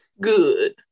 Good